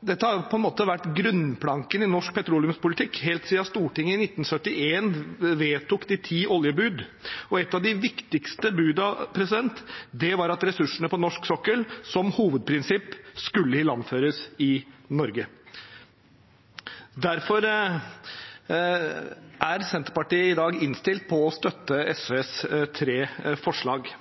Dette har på mange måter vært grunnplanken i norsk petroleumspolitikk helt siden Stortinget i 1971 vedtok «de ti oljebud», og et av de viktigste budene var at ressursene på norsk sokkel som hovedprinsipp skulle ilandføres i Norge. Derfor er Senterpartiet i dag innstilt på å støtte SVs tre forslag,